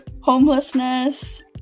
homelessness